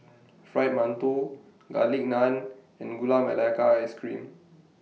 Fried mantou Garlic Naan and Gula Melaka Ice Cream